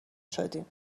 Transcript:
شدیم